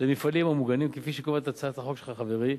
למפעלים המוגנים, כפי שקובעת הצעת החוק שלך, חברי,